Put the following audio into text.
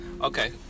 Okay